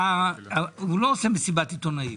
הוא לא עושה מסיבת עיתונים.